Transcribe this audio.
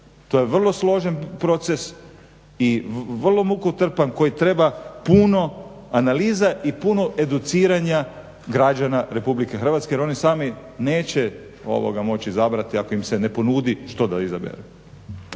To je vrlo složen proces i vrlo mukotrpan koji treba puno analiza i puno educiranja građana Republike Hrvatske jer oni sami neće moći izabrati ako im se ne ponudi što da izaberu.